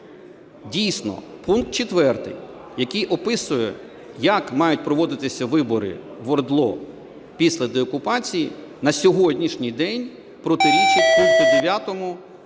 дійсно пункт 4, який описує, як мають проводитися вибори в ОРДЛО після деокупації, на сьогоднішній день протирічить пункту 9